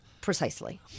precisely